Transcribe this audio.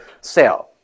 sale